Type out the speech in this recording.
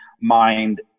mind